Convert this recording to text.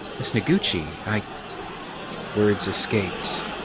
ms. noguchi, i words escaped.